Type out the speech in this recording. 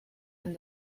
and